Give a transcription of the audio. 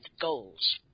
goals